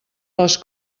les